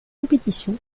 compétition